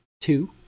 two